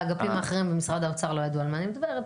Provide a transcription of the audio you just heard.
האגפים האחרים במשרד האוצר לא ידעו על מה אני מדברת,